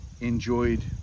enjoyed